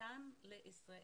אותם לישראל.